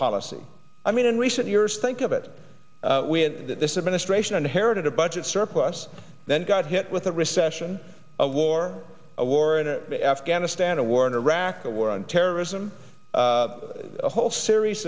policy i mean in recent years think of it that this administration inherited a budget surplus then got hit with a recession a war a war in afghanistan a war in iraq a war on terrorism a whole series